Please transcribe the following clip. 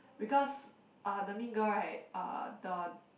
because uh the mean girl right uh the